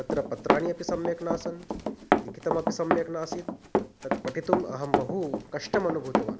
तत्र पत्राणि अपि सम्यक् नासन् लिखितमपि सम्यक् नासीत् तत् पठितुम् अहं बहु कष्टम् अनुभूतवान्